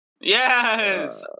Yes